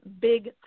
big